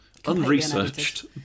unresearched